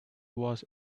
was